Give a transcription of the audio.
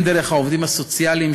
הן דרך העובדים הסוציאליים,